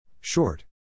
Short